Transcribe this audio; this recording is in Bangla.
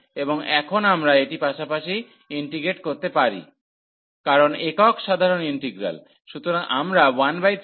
এবং এখন আমরা এটি পাশাপাশি ইন্টিগ্রেট করতে পারি কারণ একক সাধারণ ইন্টিগ্রাল